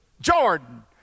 Jordan